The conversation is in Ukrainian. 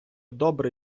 добре